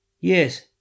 Yes